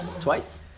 Twice